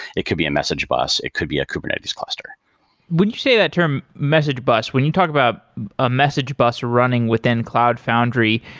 it could be a message bus, it could be a kubernetes cluster when you say that term message bus when you talk about a message bus running with cloud foundry,